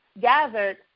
gathered